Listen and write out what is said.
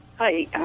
Hi